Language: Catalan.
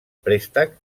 préstec